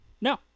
No